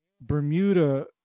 bermuda